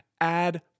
add